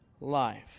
life